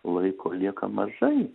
laiko lieka mažai